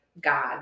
god